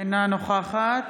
אינה נוכחת